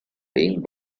being